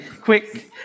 quick